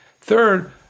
Third